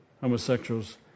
homosexuals